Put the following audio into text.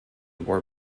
were